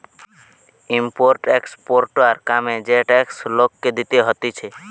import exporter কামে যে tax লোককে দিতে হতিছে